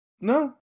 no